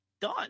done